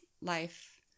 Life